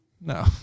No